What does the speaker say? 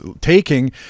taking